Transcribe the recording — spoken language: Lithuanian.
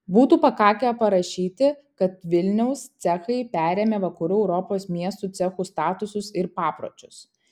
būtų pakakę parašyti kad vilniaus cechai perėmė vakarų europos miestų cechų statusus ir papročius